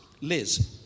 Liz